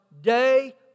day